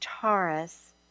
Taurus